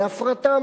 להפרטה,